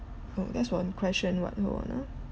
mm there's one question what hold on ah